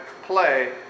play